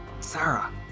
Sarah